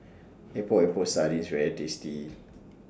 Epok Epok Sardin IS very tasty